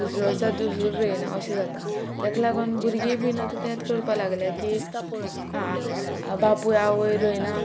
दुसरे वर्सा दुसरो रोयना अशें जाता तेक लागोन भुरगीं बीन आतां तेत करपा लागल्या की आं बापूय आवय रोयना